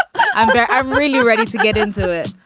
i'm i'm really ready to get into it.